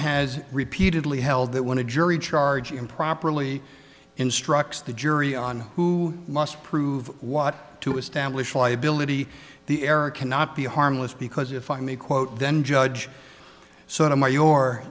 has repeatedly held that when a jury charge improperly instructs the jury on who must prove what to establish liability the error cannot be harmless because if i may quote then judge so